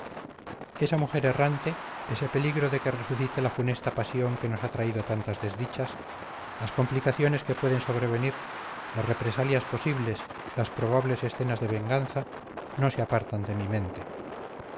esa mujer errante ese peligro de que resucite la funesta pasión que nos ha traído tantas desdichas las complicaciones que pueden sobrevenir las represalias posibles las probables escenas de venganza no se apartan de mi mente